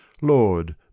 Lord